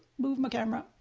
move my camera,